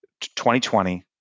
2020